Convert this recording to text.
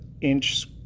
inch